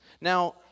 Now